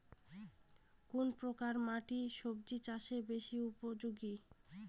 কোন প্রকার মাটি সবজি চাষে বেশি উপযোগী?